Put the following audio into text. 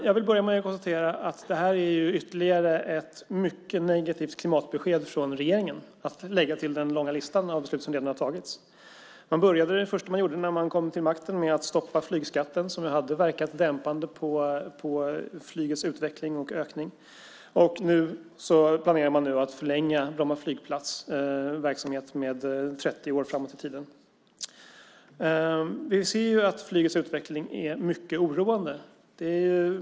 Jag vill börja med att notera att det här är ytterligare ett mycket negativt klimatbesked från regeringen, att lägga till den långa lista av beslut som redan har fattats. Det första man gjorde när man kom till makten var att stoppa flygskatten, som skulle ha verkat dämpande på flygets utveckling och ökning. Nu planerar man att förlänga Bromma flygplats verksamhet med 30 år framåt i tiden. Vi ser att flygets utveckling är mycket oroande.